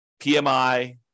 PMI